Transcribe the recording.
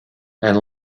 and